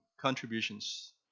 contributions